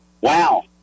Wow